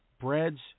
breads